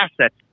assets